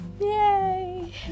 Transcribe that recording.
Yay